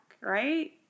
right